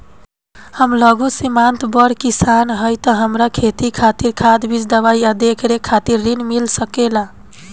हम लघु सिमांत बड़ किसान हईं त हमरा खेती खातिर खाद बीज दवाई आ देखरेख खातिर ऋण मिल सकेला का?